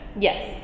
Yes